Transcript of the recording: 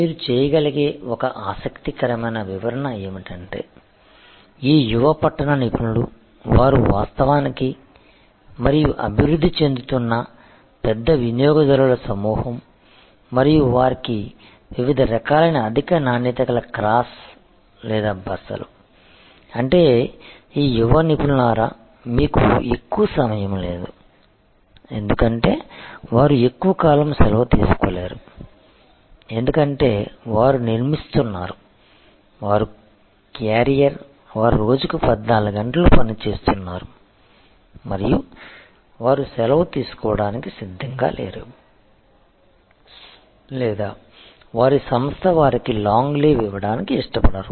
మీరు చేయగలిగే ఒక ఆసక్తికరమైన వివరణ ఏమిటంటే ఈ యువ పట్టణ నిపుణులు వారు వాస్తవానికి మరియు అభివృద్ధి చెందుతున్న పెద్ద వినియోగదారుల సమూహం మరియు వారికి వివిధ రకాలైన అధిక నాణ్యత గల క్రాష్ లేదా బసలు అంటే ఈ యువ నిపుణులారా మీకు ఎక్కువ సమయం లేదు ఎందుకంటే వారు ఎక్కువ కాలం సెలవు తీసుకోలేరు ఎందుకంటే వారు నిర్మిస్తున్నారు వారు క్యారియర్ వారు రోజుకు 14 గంటలు పని చేస్తున్నారు మరియు వారు సెలవు తీసుకోవడానికి సిద్ధంగా లేరు లేదా వారి సంస్థ వారికి లాంగ్ లీవ్ ఇవ్వడానికి ఇష్టపడరు